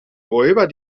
räuber